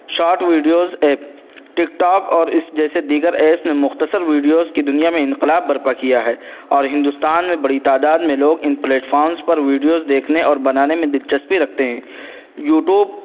shot videos app TikTok اور اس جیسے دیگر ایپ نے مختصر ویڈیوز کی دنیا میں انقلاب برپا کیا ہے اور ہندوستان میں بڑی تعداد میں لوگ ان پلیٹفامس پر ویڈیوز دیکھنے اور بنانے میں دلچسپی رکھتے ہیں یوٹوب